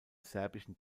serbischen